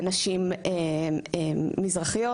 לנשים מזרחיות.